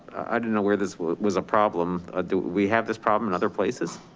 i didn't know where this was a problem. ah do we have this problem in other places?